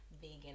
vegan